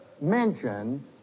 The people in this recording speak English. mention